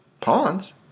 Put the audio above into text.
pawns